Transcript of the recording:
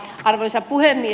arvoisa puhemies